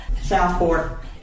Southport